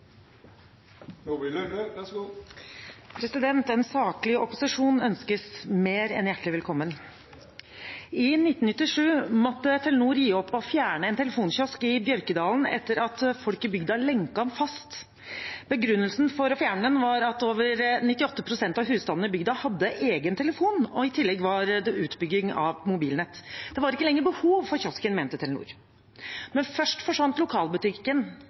nå inngår i en ny regjering. Det er kanskje ikke så rart. Vi vil uansett møte dem med sterk og saklig opposisjon fra opposisjonspartienes side. En saklig opposisjon ønskes mer enn hjertelig velkommen. I 1997 måtte Telenor gi opp å fjerne en telefonkiosk i Bjørkedalen etter at folk i bygda lenket den fast. Begrunnelsen for å fjerne den var at over 98 pst. av husstandene i bygda hadde egen telefon, og i tillegg var det utbygging av mobilnett. Det var ikke lenger